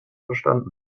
verstanden